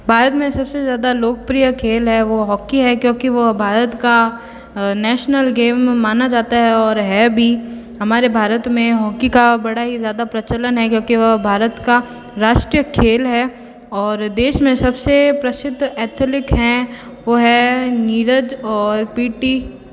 भारत में सब से ज़्यादा लोकप्रिय खेल है वो हॉकी है क्योंकि वो भारत का नेशनल गेम माना जाता है और है भी हमारे भारत में हॉकी का बड़ा ही ज़्यादा प्रचलन है क्योंकि वह भारत का राष्ट्रीय खेल है और देश में सब से प्रसिद्ध एथलिक हैं वो हैं नीरज और पी टी